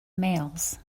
males